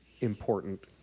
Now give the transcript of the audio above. important